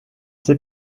sais